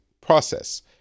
process